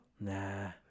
Nah